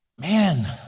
Man